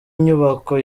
inyubako